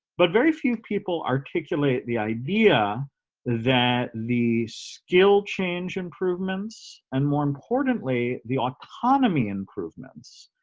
but very few people articulate the idea that the skilled change improvements and more importantly the autonomy improvements,